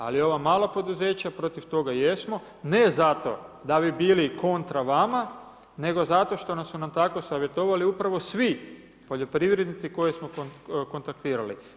Ali, ova mala poduzeća, protiv toga jesmo, ne zato, da bi bili kontra vama, nego zato što su nas tako savjetovali, upravo svi poljoprivrednici koje smo kontaktirali.